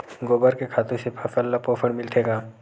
गोबर के खातु से फसल ल पोषण मिलथे का?